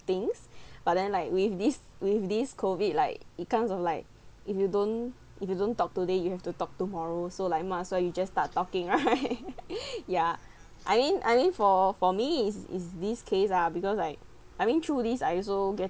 things but then like with this with this COVID like it kinds of like if you don't if you don't talk today you have to talk tomorrow so like might as well you just start talking right ya I mean I mean for for me is is this case lah because like I mean through this I also get